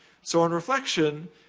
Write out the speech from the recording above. so, on reflection,